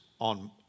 on